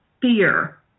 fear